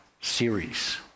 series